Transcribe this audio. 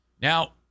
Now